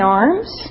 arms